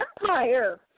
Empire